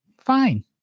fine